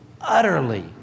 utterly